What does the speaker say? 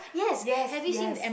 yes yes